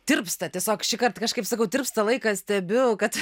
tirpsta tiesiog šįkart kažkaip sakau tirpsta laikas stebiu kad